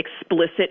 explicit